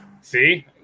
see